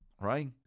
right